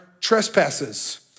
trespasses